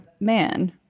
man